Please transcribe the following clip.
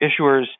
Issuers